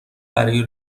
برای